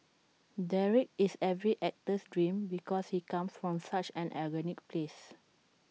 Derek is every actor's dream because he comes from such an organic place